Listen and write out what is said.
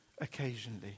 occasionally